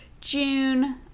June